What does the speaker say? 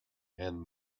and